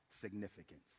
significance